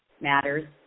matters